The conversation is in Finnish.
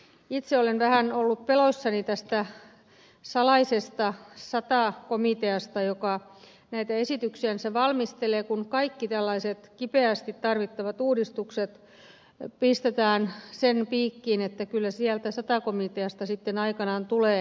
itse olen vähän ollut peloissani tästä salaisesta sata komiteasta joka näitä esityksiänsä valmistelee kun kaikki tällaiset kipeästi tarvittavat uudistukset pistetään sen piikkiin että kyllä sieltä sata komiteasta sitten aikanaan tulee